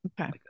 Okay